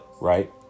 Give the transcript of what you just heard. right